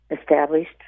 established